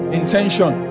intention